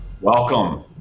welcome